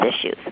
issues